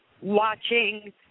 watching